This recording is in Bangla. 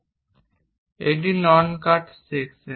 এবং এটি নন কাট সেকশন